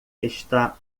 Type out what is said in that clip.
está